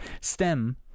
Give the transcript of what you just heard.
STEM